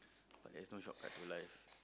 there's so shortcut to life